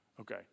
Okay